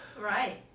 right